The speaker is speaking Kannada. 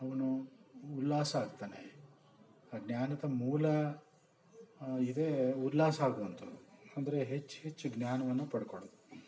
ಅವನು ಉಲ್ಲಾಸ ಆಗ್ತಾನೆ ಆ ಜ್ಞಾನದ ಮೂಲ ಇದೇ ಉಲ್ಲಾಸ ಆಗುವಂಥದ್ದು ಅಂದರೆ ಹೆಚ್ಹೆಚ್ಚು ಜ್ಞಾನವನ್ನು ಪಡ್ಕೊಳ್ಳೋದು